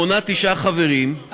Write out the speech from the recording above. המונה תשעה חברים,